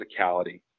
physicality